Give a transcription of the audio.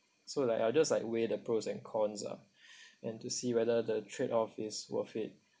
so like I just like weigh the pros and cons ah and to see whether the trade-off is worth it